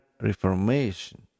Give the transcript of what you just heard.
reformation